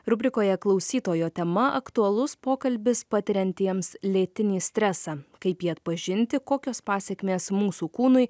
rubrikoje klausytojo tema aktualus pokalbis patiriantiems lėtinį stresą kaip jį atpažinti kokios pasekmės mūsų kūnui